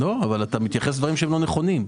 לא, אבל אתה מתייחס לדברים שהם לא נכונים.